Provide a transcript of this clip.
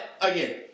again